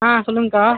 ஆம் சொல்லுங்கள் அக்கா